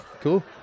Cool